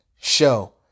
show